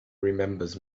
remembers